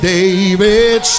David